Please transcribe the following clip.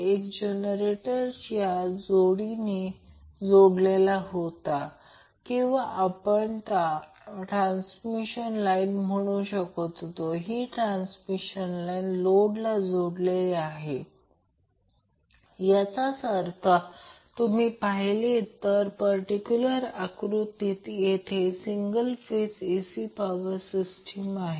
आणि जर आपण Q0 Q0 ला गुणाकार केला तर Q0 21R 2 C मिळेल हे देखील आपण शोधले आहे हे देखील आपण काढले आहे याचा अर्थ ही संज्ञा या R 2 CL1Q0 2 ची परस्पर रिसिप्रोकल आहे